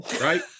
Right